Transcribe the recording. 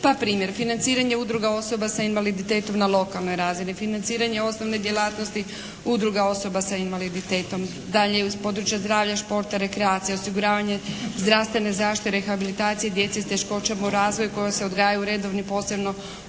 pa primjer financiranja udruga osoba s invaliditetom na lokalnoj razini, financiranje osnovne djelatnosti udruga osoba s invaliditetom, dalje uz područje zdravlja, športa, rekreacija, osiguravanje zdravstvene zaštite, rehabilitacije djece s teškoćama u razvoju koje se odgajaju u redovnim posebno